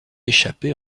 échappée